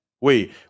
Wait